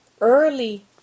early